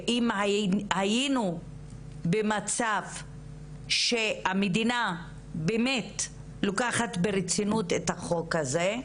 אם היינו במצב שהמדינה באמת לוקחת ברצינות את החוק הזה,